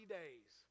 days